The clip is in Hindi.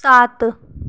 सात